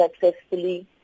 successfully